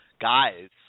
guys